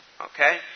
Okay